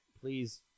please